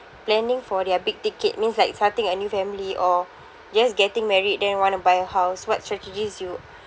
planning for their big ticket means like starting a new family or just getting married then wanna buy a house what strategies you